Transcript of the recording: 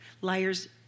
liars